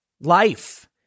Life